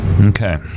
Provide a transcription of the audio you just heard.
Okay